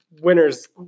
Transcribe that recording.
winners